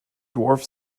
dwarf